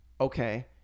okay